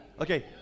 Okay